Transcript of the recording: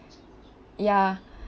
ya